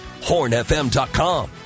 hornfm.com